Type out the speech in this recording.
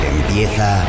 Empieza